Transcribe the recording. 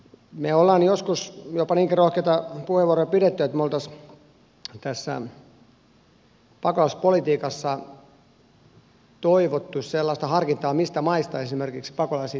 me olemme joskus jopa niinkin rohkeita puheenvuoroja pitäneet että me olisimme tässä pakolaispolitiikassa toivoneet sellaista harkintaa mistä maista esimerkiksi pakolaisia tänne maahan otetaan